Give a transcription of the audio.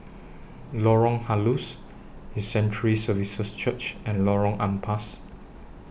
Lorong Halus His Sanctuary Services Church and Lorong Ampas